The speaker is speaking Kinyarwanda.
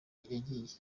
yagiye